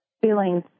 feeling